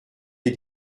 des